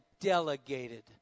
delegated